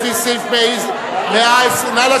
לפי סעיף 121. נא לשבת.